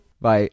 bye